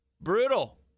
Brutal